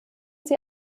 sie